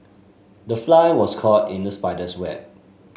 the fly was caught in the spider's web